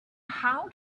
how